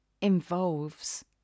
involves